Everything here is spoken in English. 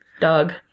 Dog